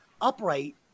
upright